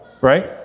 right